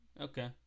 Okay